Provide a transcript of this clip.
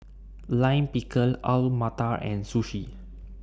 Lime Pickle Alu Matar and Sushi